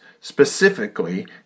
specifically